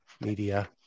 Media